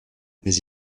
mais